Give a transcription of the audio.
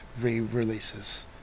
re-releases